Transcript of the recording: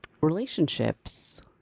relationships